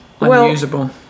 unusable